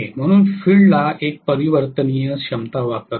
म्हणून मी फील्डला एक परिवर्तनीय क्षमता वापरत आहे